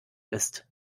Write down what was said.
ist